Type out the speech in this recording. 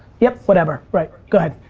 yep, whatever. right, go ahead.